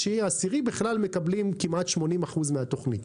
תשיעי ועשירי מקבלים כמעט 80% מהתוכנית.